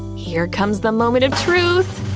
here comes the moment of truth.